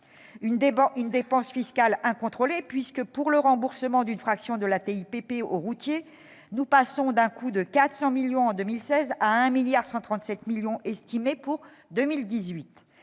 La dépense fiscale est incontrôlée puisque, pour le remboursement d'une fraction de la TIPP aux routiers, nous passons d'un coût de 400 millions en 2016 à un coût estimé de 1,137